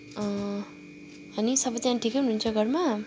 अनि सबैजना ठिकै हुनुहुन्छ घरमा